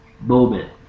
moment